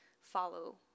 follow